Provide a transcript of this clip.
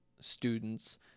students